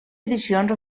edicions